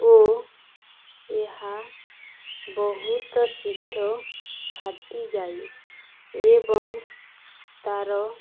ଓ ଏହା ବହୁତ ଶୀଘ୍ର ଫାଟିଯାଏ ଏବଂ ତା'ର